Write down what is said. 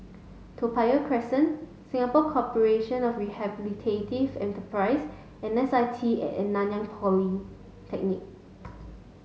Toa Payoh Crest Singapore Corporation of Rehabilitative Enterprises and S I T at Nanyang Polytechnic